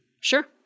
Sure